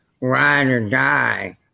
ride-or-die